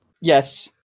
yes